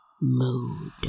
mood